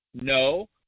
No